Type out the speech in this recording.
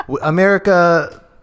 america